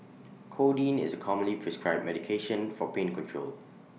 codeine is commonly prescribed medication for pain control